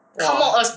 !wah!